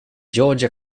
georgia